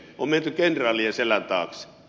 on menty kenraalien selän taakse